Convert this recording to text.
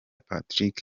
patrick